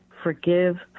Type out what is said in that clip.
forgive